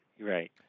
Right